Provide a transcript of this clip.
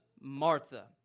Martha